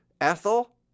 Ethel